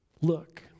Look